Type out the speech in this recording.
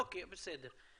אוקיי, בסדר.